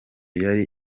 yari